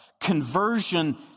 Conversion